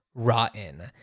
rotten